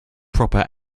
proper